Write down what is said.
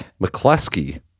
McCluskey